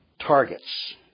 targets